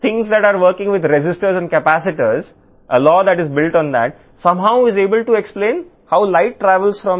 కాబట్టి రెసిస్టర్లు మరియు కెపాసిటర్లతో పనిచేసే విషయాలు సూర్యుడి నుండి భూమికి కాంతి ఎలా ప్రయాణిస్తుందో వివరించగల ఒక లా అవుతుంది